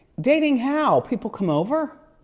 dating how? people come over?